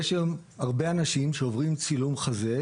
יש היום הרבה אנשים שעוברים צילום חזה,